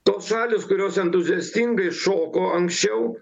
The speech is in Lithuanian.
tos šalys kurios entuziastingai šoko anksčiau